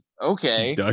okay